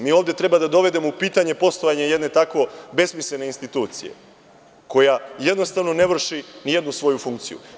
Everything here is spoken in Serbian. Mi ovde treba da dovedemo u pitanje poslovanje jedne tako besmislene institucije koja jednostavno ne vrši ni jednu svoju funkciju.